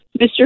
Mr